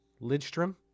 Lidstrom